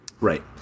Right